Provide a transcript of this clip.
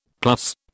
Plus